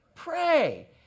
Pray